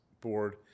board